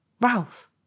Ralph